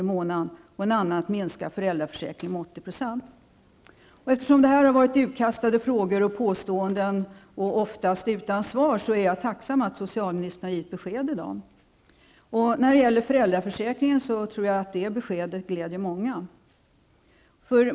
i månaden, och en annan har gällt en minskning av föräldraförsäkringen med Eftersom detta har varit utkastade frågor och påståenden som oftast inte har fått några svar är jag tacksam för att socialministern i dag har givit besked. Jag tror också att beskedet när det gäller föräldraförsäkringen glädjer många.